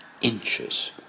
inches